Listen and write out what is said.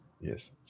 Yes